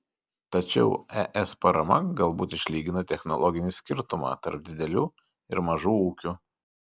tačiau es parama galbūt išlygina technologinį skirtumą tarp didelių ir mažų ūkių